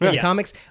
comics